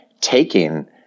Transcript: taking